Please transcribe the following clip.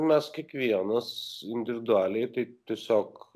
mes kiekvienas individualiai tai tiesiog